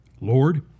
Lord